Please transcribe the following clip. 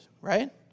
right